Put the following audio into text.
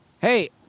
hey